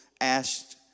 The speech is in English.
asked